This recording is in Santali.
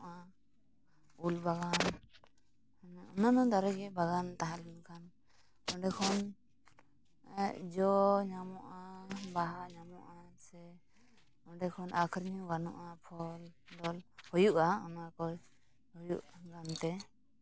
ᱩᱞ ᱵᱟᱜᱟᱱ ᱢᱟᱱᱮ ᱚᱱᱱᱟᱱᱚ ᱫᱟᱨᱮ ᱜᱮ ᱵᱟᱜᱟᱱ ᱛᱟᱦᱮᱸ ᱞᱮᱱᱠᱷᱟᱱ ᱚᱸᱰᱮ ᱠᱷᱚᱱ ᱡᱚ ᱧᱟᱢᱚᱜᱼᱟ ᱵᱟᱦᱟ ᱧᱟᱢᱚᱜᱼᱟ ᱥᱮ ᱚᱸᱰᱮ ᱠᱷᱚᱱ ᱟᱹᱠᱷᱨᱤᱧ ᱦᱚᱸ ᱜᱟᱱᱚᱜᱼᱟ ᱯᱷᱚᱞᱼᱰᱚᱞ ᱦᱩᱭᱩᱜᱼᱟ ᱚᱱᱟ ᱠᱚ ᱦᱩᱭᱩᱜ ᱠᱟᱱᱛᱮ